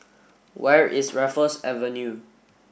where is Raffles Avenue